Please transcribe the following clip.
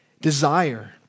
desire